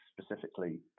specifically